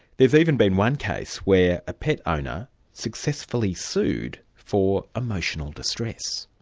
there has even been one case where a pet owner successfully sued for emotional distress.